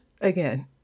again